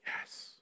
Yes